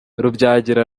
rubyagira